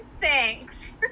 thanks